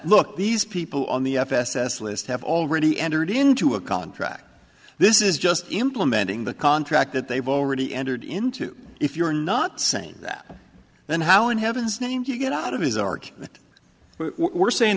look these people on the f s s list have already entered into a contract this is just implementing the contract that they've already entered into if you're not saying that then how in heaven's name do you get out of his ark that we're saying